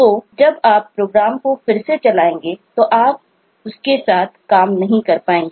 तो जब आप प्रोग्राम को फिर से चलाएंगे तो आप उसके साथ काम नहीं कर पाएंगे